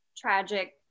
tragic